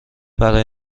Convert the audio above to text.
برای